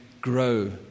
grow